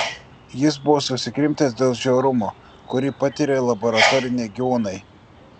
jis buvo susikrimtęs dėl žiaurumo kurį patiria laboratoriniai gyvūnai